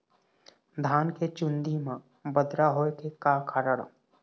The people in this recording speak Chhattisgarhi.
धान के चुन्दी मा बदरा होय के का कारण?